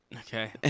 Okay